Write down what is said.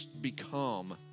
become